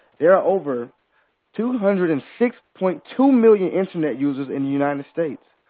there are over two hundred and six point two million internet users in the united states.